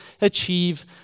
achieve